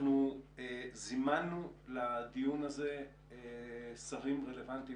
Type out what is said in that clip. אנחנו זימנו לדיון הזה שרים רלוונטיים